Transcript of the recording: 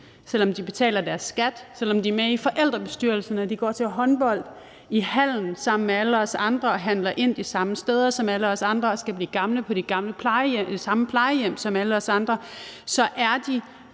Selv om de betaler deres skat, selv om de er med i forældrebestyrelsen, når de går til håndbold i hallen sammen med alle os andre, handler ind de samme steder som alle os andre og skal blive gamle på de samme plejehjem som alle os andre, er de